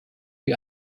wie